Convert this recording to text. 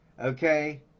okay